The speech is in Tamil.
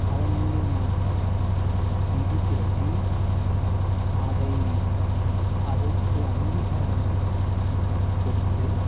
அதன் மூலயமாக நிதி திரட்டி அதை அதுக்கு அங்கீகாரம் பெட் கொடுத்து